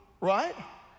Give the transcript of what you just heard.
right